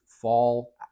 fall